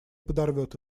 подорвет